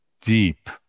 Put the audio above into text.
deep